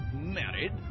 married